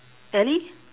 ellie